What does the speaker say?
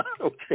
okay